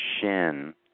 Shin